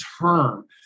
term